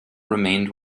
remained